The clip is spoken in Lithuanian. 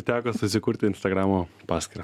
teko susikurti instagramo paskyrą